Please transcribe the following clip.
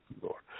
Lord